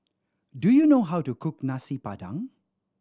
do you know how to cook Nasi Padang